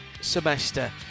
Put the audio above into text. semester